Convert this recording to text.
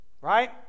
Right